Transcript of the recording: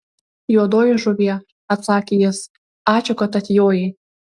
juodoji žuvie atsakė jis ačiū kad atjojai